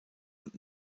und